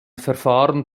verfahren